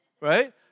Right